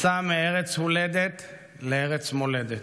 מסע מארץ הולדת לארץ מולדת,